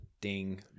ding